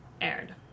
aired